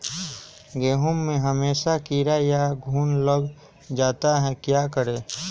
गेंहू में हमेसा कीड़ा या घुन लग जाता है क्या करें?